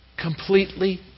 Completely